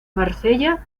marsella